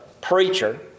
preacher